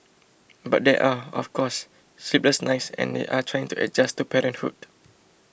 but there are of course sleepless nights and they are trying to adjust to parenthood